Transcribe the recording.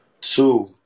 Two